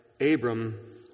Abram